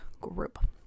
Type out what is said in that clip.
group